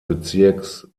bezirks